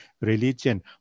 religion